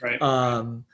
Right